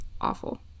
Awful